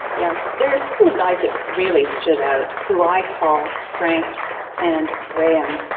yeah there are a couple of guys that really stood out who i call frank and graham.